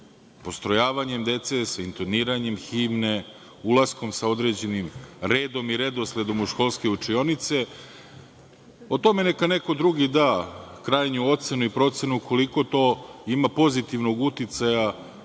postrojavanjem dece, sa intoniranjem himne, ulaskom sa određenim redom i redosledom u školske učionice. O tome neka neko drugi da krajnju ocenu i procenu koliko to ima pozitivnog uticaja